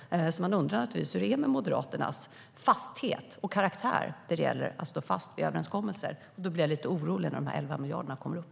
Därför undrar jag naturligtvis hur det är med Moderaternas fasthet och karaktär när det gäller att stå fast vid överenskommelser. Jag blir lite orolig när de här 11 miljarderna kommer upp.